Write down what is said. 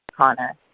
Connor